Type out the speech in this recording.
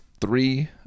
three